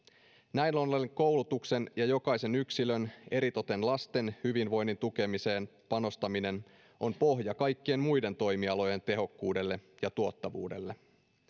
näin ollen koulutuksen ja jokaisen yksilön eritoten lasten hyvinvoinnin tukemiseen panostaminen on pohja kaikkien muiden toimialojen tehokkuudelle ja tuottavuudelle